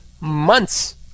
months